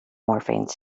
morphine